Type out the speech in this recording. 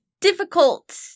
difficult